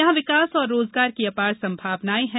यहां विकास और रोजगार की अपार संभावनाएं है